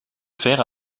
faire